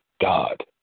God